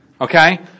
okay